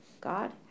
God